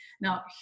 Now